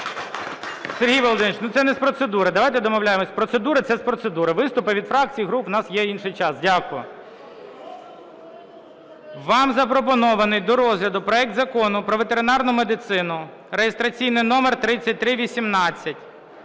Сергій Володимирович, ну, це не процедури. Давайте домовляємося: з процедури – це з процедури, виступи від фракцій, груп – в нас є інший час. Дякую. Вам запропонований до розгляду проект Закону про ветеринарну медицину (реєстраційний номер 3318).